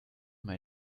may